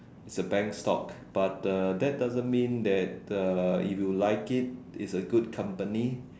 it's a bank stock but uh that doesn't mean that uh if you like it it's a good company